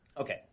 Okay